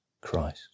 Christ